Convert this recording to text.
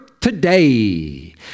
Today